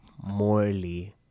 morley